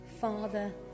Father